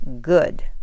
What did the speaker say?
good